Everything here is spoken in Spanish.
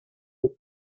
del